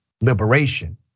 liberation